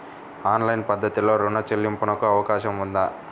Online పద్ధతిలో రుణ చెల్లింపునకు అవకాశం ఉందా?